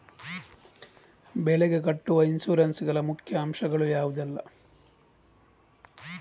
ಬೆಳೆಗೆ ಕಟ್ಟುವ ಇನ್ಸೂರೆನ್ಸ್ ನ ಮುಖ್ಯ ಅಂಶ ಗಳು ಯಾವುದೆಲ್ಲ?